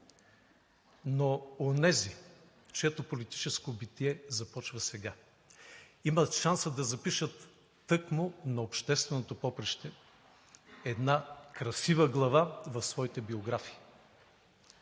но онези, чието политическо битие започва сега, имат шанса да запишат тъкмо на общественото поприще една красива глава в своите биографии.